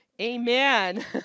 Amen